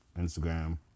Instagram